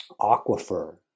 aquifer